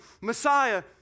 Messiah